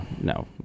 no